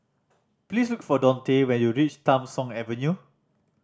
please look for Dontae when you reach Tham Soong Avenue